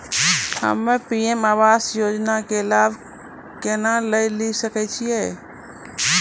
हम्मे पी.एम आवास योजना के लाभ केना लेली सकै छियै?